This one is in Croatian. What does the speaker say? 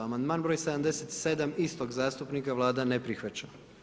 Amandman broj 77. istog zastupnika, Vlada ne prihvaća.